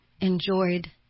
enjoyed